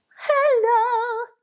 Hello